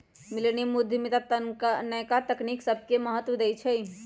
मिलेनिया उद्यमिता नयका तकनी सभके महत्व देइ छइ